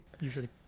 Usually